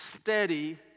steady